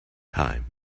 time